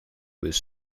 was